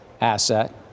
asset